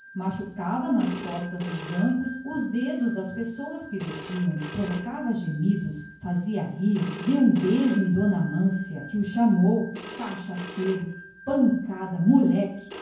machucando nas costas dos bancos os dedos dos que desciam provocando gemidos protestos e fazendo rir ao mesmo tempo deu um beijo em d amância que lhe chamou furiosa cachaceiro pancada moleque